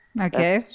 Okay